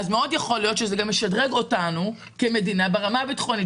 אז מאוד יכול להיות שזה ישדרג אותנו כמדינה ברמה הביטחונית